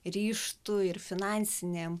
ryžtu ir finansinėm